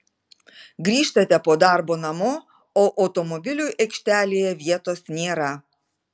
grįžtate po darbo namo o automobiliui aikštelėje vietos nėra